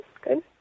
good